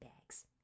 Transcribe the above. bags